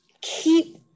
Keep